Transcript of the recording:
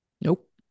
Nope